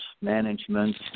management